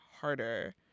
harder